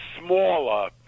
smaller